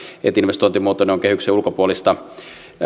että investointimuotoinen on kehyksen ulkopuolista